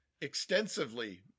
extensively